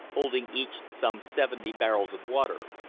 holding each some seventy barrels of water,